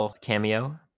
cameo